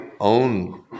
own